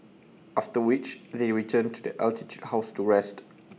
after which they return to the altitude house to rest